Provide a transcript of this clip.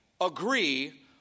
agree